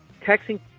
texting